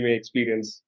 experience